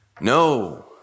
No